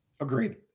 Agreed